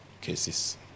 cases